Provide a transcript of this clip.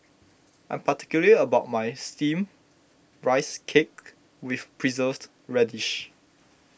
I am particular about my Steamed Rice Cake with Preserved Radish